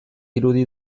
irudi